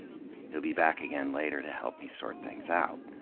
he'll be back again later to help me sort things out.